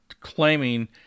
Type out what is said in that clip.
claiming